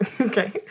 Okay